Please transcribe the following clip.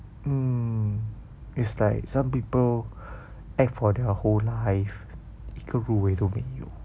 mm is like some people act for their whole life 一个入围都没有